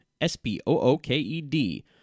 S-P-O-O-K-E-D